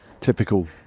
Typical